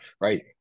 right